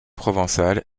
provençale